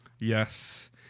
Yes